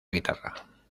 guitarra